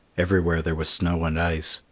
everywhere there was snow and ice,